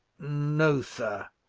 no, sir.